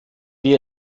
wir